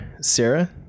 Sarah